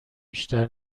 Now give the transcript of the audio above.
بیشتر